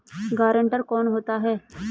Guarantor कौन होता है?